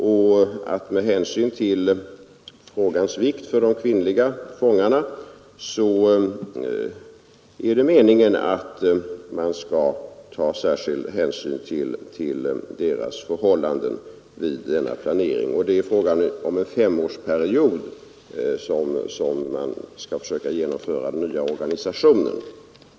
På grund av frågans vikt för de kvinnliga fångarna är det meningen att man skall ta särskild hänsyn till deras förhållanden vid denna planering. Avsikten är att man under en femårsperiod skall försöka genomföra den nya organisationen.